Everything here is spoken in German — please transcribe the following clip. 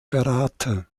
berater